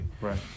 Right